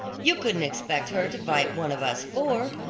you couldn't expect her to invite one of us four,